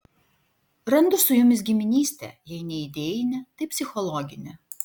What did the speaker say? randu su jumis giminystę jei ne idėjinę tai psichologinę